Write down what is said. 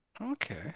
Okay